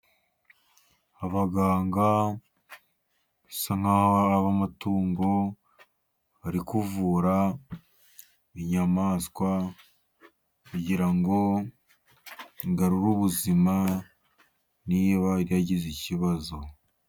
Abaganga basa nk'aho ari ab' amatungo, bari kuvura inyamaswa kugira ngo igarure ubuzima, niba yagize ikibazo.